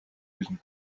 ирнэ